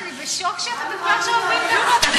יואל, אני בשוק שאתה בזמן של 40 דקות.